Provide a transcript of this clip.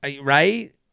right